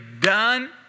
done